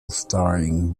starring